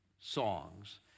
songs